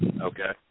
Okay